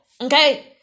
Okay